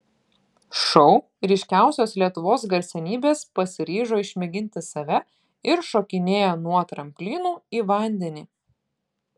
šou ryškiausios lietuvos garsenybės pasiryžo išmėginti save ir šokinėja nuo tramplinų į vandenį